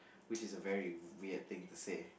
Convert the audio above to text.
which is a very weird thing to say